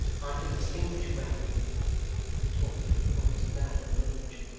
i can distinguish well he retorted, almost mad with rage.